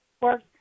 work